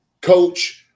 coach